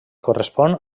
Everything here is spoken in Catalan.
correspon